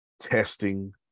testing